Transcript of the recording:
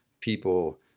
people